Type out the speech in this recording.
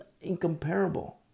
Incomparable